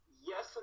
Yes